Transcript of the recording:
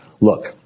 Look